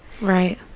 Right